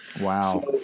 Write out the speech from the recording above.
wow